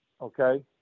Okay